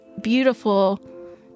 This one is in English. beautiful